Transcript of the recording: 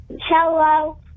Hello